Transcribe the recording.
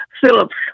Phillips